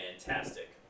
fantastic